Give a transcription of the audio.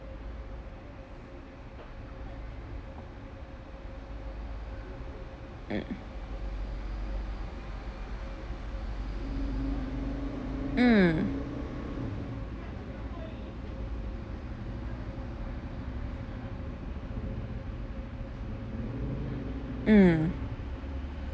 mm mm